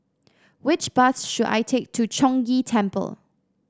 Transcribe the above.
which bus should I take to Chong Ghee Temple